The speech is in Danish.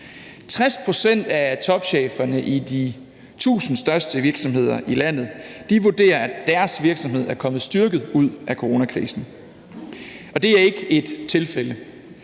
60 pct. af topcheferne i de tusind største virksomheder i landet vurderer, at deres virksomhed er kommet styrket ud af coronakrisen, og det er ikke et tilfælde.